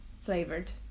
flavored